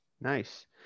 nice